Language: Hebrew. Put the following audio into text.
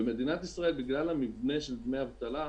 במדינת ישראל, בגלל המבנה של דמי אבטלה,